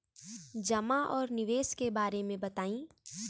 जमा और निवेश के बारे मे बतायी?